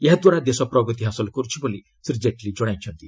ଏହାଦ୍ୱାରା ଦେଶ ପ୍ରଗତି ହାସଲ କରୁଛି ବୋଲି ଶ୍ରୀ ଜେଟ୍ଲୀ କହିଛନ୍ତି